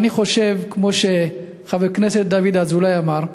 אני חושב, כמו שחבר הכנסת דוד אזולאי אמר: